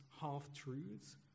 half-truths